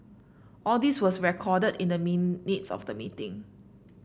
all these was recorded in the minutes of the meeting